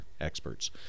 experts